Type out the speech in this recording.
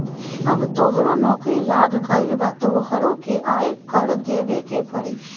अब तोहरो नौकरी लाग गइल अब तोहरो के आय कर देबे के पड़ी